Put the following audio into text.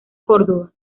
córdoba